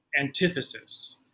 antithesis